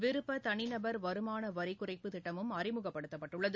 விருப்ப தனிநபர் வருமான வரிக் குறைப்பு திட்டமும் அறிமுகப்படுத்தப்பட்டுள்ளது